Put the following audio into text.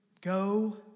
go